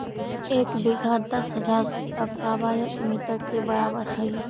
एक बीघा दस हजार स्क्वायर मीटर के बराबर हई